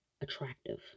attractive